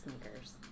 sneakers